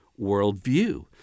worldview